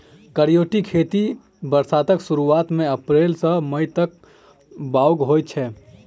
करियौती खेती बरसातक सुरुआत मे अप्रैल सँ मई तक बाउग होइ छै